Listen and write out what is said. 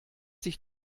sich